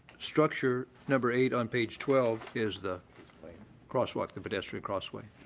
structure number eight on page twelve is the crosswalk, the pedestrian crossway.